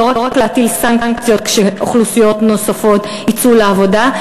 לא רק להטיל סנקציות כדי שאוכלוסיות נוספות יצאו לעבודה,